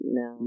no